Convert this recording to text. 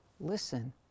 listen